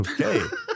Okay